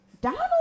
Donald